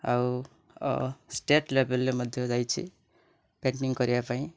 ଆଉ ଷ୍ଟେଟ୍ ଲେବୁଲ୍ରେ ମଧ୍ୟ ଯାଇଛି ପେଣ୍ଟିଙ୍ଗ୍ କରିବା ପାଇଁ